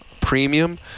premium